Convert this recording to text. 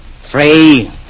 three